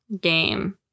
game